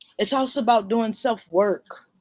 it's also about doing self-work.